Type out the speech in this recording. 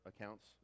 accounts